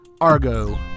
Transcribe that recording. Argo